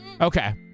Okay